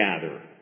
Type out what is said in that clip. gather